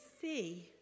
see